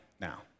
now